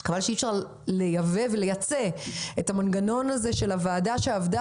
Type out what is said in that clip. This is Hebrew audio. וחבל שאי אפשר לייצא את המנגנון של הוועדה הזאת,